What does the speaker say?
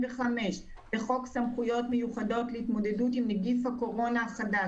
הצעת תקנות סמכויות מיוחדות להתמודדות עם נגיף הקורונה החדש